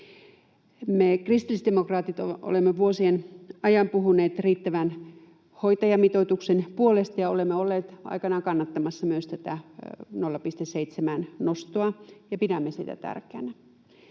Me kristillisdemokraatit olemme vuosien ajan puhuneet riittävän hoitajamitoituksen puolesta ja olemme olleet aikanaan kannattamassa myös tätä 0,7:ään nostoa ja pidämme sitä tärkeänä,